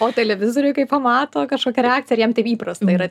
o televizoriuj kai pamato kažkokia reakcija ar jam taip įprasta yra